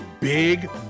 big